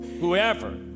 whoever